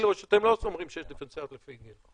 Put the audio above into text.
או שאתם לא אומרים שיש דיפרנציאליות לפי גיל?